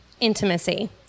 intimacy